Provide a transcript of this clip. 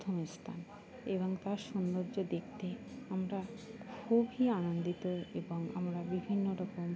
প্রথম স্থান এবং তার সৌন্দর্য দেখতে আমরা খুবই আনন্দিত এবং আমরা বিভিন্ন রকম